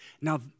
Now